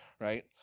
right